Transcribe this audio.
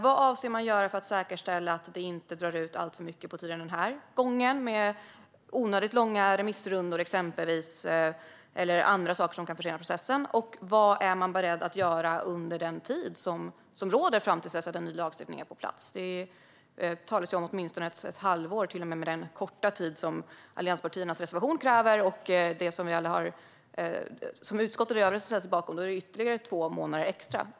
Vad avser man att göra för att säkerställa att utredningsarbetet inte drar alltför mycket ut på tiden den här gången med onödigt långa remissrundor eller annat som kan försena processen? Vad är man beredd att göra under den tid som råder fram till dess att en ny lagstiftning är på plats? Det talas om åtminstone ett halvår. Även med den korta tid som allianspartierna kräver i sin reservation och som utskottet i övrigt ställer sig bakom är det fråga om ytterligare två månader extra.